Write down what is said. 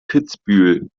kitzbühel